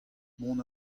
mont